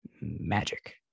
magic